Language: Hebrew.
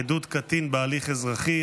עדות קטין בהליך אזרחי),